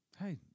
hey